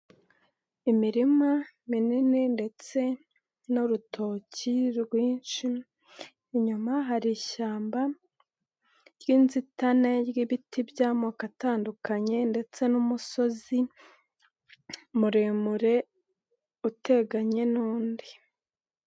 Imirima minini ndetse n'urutoki rwinshi. Inyuma hari ishyamba ry'inzitane ry'ibiti by'amoko atandukanye ndetse n'umusozi muremure uteganye n'undi.